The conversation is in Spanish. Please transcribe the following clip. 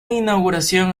inauguración